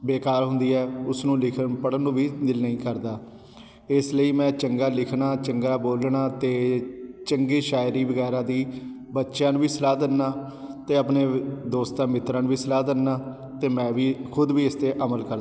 ਬੇਕਾਰ ਹੁੰਦੀ ਹੈ ਉਸ ਨੂੰ ਲਿਖਨ ਪੜ੍ਹਨ ਨੂੰ ਵੀ ਦਿਲ ਨਹੀਂ ਕਰਦਾ ਇਸ ਲਈ ਮੈਂ ਚੰਗਾ ਲਿਖਣਾ ਚੰਗਾ ਬੋਲਣਾ ਅਤੇ ਚੰਗੀ ਸ਼ਾਇਰੀ ਵਗੈਰਾ ਦੀ ਬੱਚਿਆਂ ਨੂੰ ਵੀ ਸਲਾਹ ਦਿੰਦਾ ਅਤੇ ਆਪਣੇ ਵ ਦੋਸਤਾਂ ਮਿੱਤਰਾਂ ਨੂੰ ਵੀ ਸਲਾਹ ਦਿੰਦਾ ਅਤੇ ਮੈਂ ਵੀ ਖ਼ੁਦ ਵੀ ਇਸ 'ਤੇ ਅਮਲ ਕਰਦਾ